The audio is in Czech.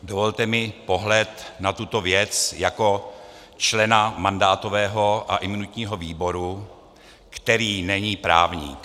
Dovolte mi pohled na tuto věc jako člena mandátového a imunitního výboru, který není právník.